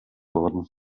worden